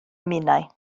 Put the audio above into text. minnau